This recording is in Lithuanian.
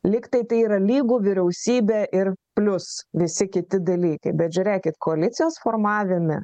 lyg tai tai yra lygu vyriausybė ir plius visi kiti dalykai bet žiūrėkit koalicijos formavime